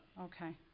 Okay